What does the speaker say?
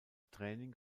training